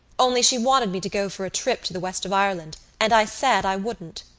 only she wanted me to go for a trip to the west of ireland and i said i wouldn't.